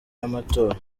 y’amatora